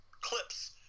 clips